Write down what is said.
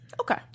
Okay